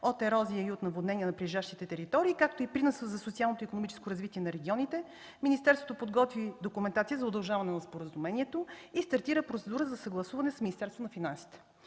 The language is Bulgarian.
от ерозия и от наводнения на прилежащите територии, както и приноса за социално-икономическото развитие на регионите, министерството подготви документация за удължаване на споразумението и стартира процедура за съгласуване с Министерството на финансите.